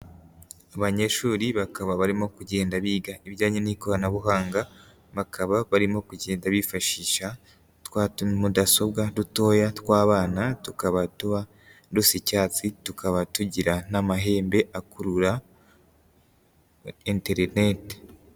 Abanyeshuri bakaba barimo kugenda biga ibijyanye n'ikoranabuhanga, bakaba barimo kugenda bifashisha twa tumudasobwa dutoya tw'abana, tukaba tuba dusa icyatsi, tukaba tugira n'amahembe akurura interinete.